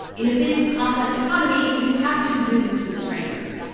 in a big, complex economy, you have to do business with strangers.